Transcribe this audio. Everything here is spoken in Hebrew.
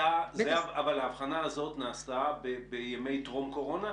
האבחנה הזאת נעשתה בימי טרום קורונה?